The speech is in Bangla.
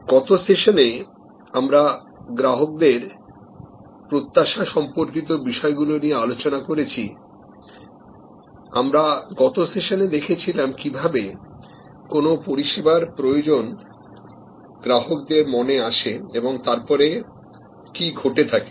গত সেশনে আমরা গ্রাহকদের প্রত্যাশা সম্পর্কিত বিষয়গুলো নিয়ে আলোচনা করেছি আমরা গত সেশনে দেখেছিলাম কিভাবে কোন পরিষেবার প্রয়োজন গ্রাহকদের মনে আসে এবং তারপরে কি ঘটে থাকে